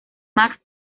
max